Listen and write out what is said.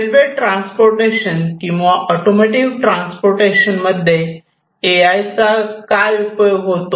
railway transportation किंवा automotive transportation मध्ये काय चा उपयोग होतो